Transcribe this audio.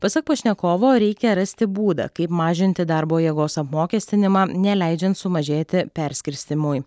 pasak pašnekovo reikia rasti būdą kaip mažinti darbo jėgos apmokestinimą neleidžiant sumažėti perskirstymui